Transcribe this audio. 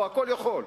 הוא הכול יכול.